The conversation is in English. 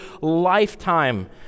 lifetime